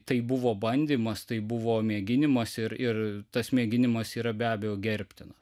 tai buvo bandymas tai buvo mėginimas ir ir tas mėginimas yra be abejo gerbtinas